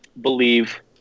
believe